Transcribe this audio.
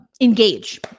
engage